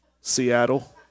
Seattle